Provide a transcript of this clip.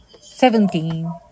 seventeen